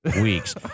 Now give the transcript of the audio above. weeks